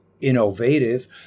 Innovative